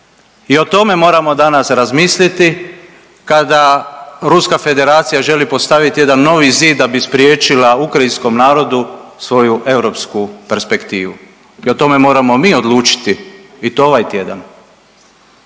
I o tome moramo danas razmisliti kada Ruska Federacija želi postaviti jedan novi zid da bi spriječila ukrajinskom narodu svoju europsku perspektivu. I o tome moramo mi odlučiti i to ovaj tjedan.